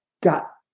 got